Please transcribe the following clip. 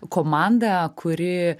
komanda kuri